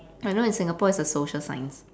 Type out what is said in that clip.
I know in singapore it's a social science